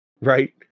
Right